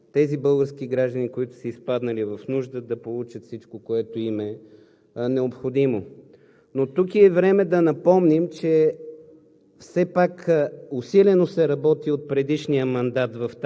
да има една бърза и адекватна реакция, доколкото тези български граждани, изпаднали в нужда, да получат всичко необходимо. Но тук е и времето да напомним, че